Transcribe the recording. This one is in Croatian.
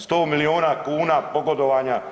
100 miliona kuna pogodovanja